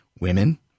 women